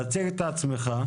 תציג את עצמך.